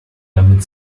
damit